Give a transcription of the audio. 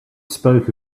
spoke